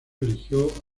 eligió